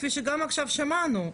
כפי שגם עכשיו שמענו,